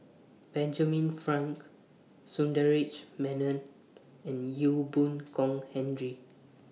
Benjamin Frank Sundaresh Menon and Ee Boon Kong Henry